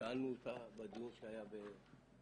שאלנו אותה בדיון שהיה במאי